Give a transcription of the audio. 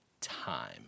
time